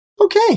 okay